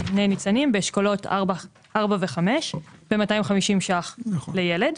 'ניצנים' באשכולות 4 ו-5 ב-250 ₪ לילד,